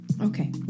Okay